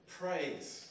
praise